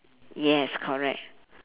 yes correct